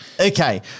Okay